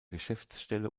geschäftsstelle